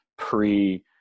pre